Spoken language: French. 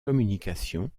communication